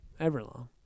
Everlong